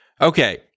Okay